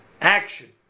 action